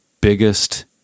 biggest